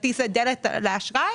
הכרטיס הוא הדלת לאשראי